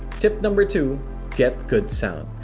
tip number two get good sound.